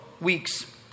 weeks